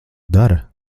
dara